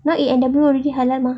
now A&W already halal mah